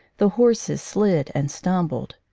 the horses slid and stumbled.